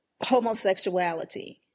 homosexuality